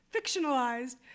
fictionalized